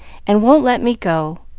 and won't let me go,